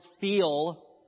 feel